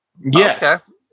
Yes